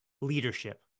leadership